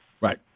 Right